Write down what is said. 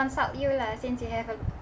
consult you lah since you have a